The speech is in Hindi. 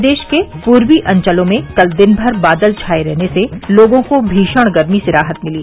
प्रदेश के पूर्वी अंचलों में कल दिन भर बादल छाये रहने से लोगों को भीषण गर्मी से राहत मिली